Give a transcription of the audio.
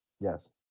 Yes